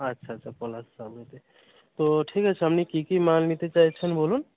আচ্ছা আচ্ছা পলাশ তো ঠিক আছে আপনি কী কী মাল নিতে চাইছেন বলুন